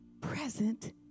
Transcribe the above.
present